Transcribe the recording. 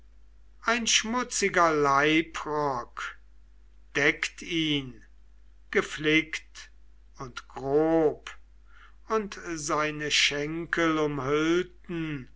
ein schmutziger leibrock deckt ihn geflickt und grob und seine schenkel umhüllten